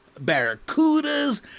barracudas